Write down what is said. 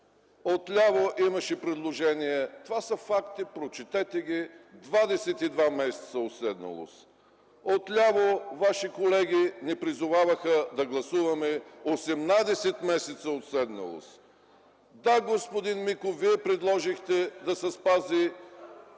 Отляво имаше предложение, това са фактите, прочетете ги – 22 месеца уседналост. Отляво ваши колеги ни призоваваха да гласуваме 18 месеца уседналост. Да, господин Миков, Вие предложихте да се спази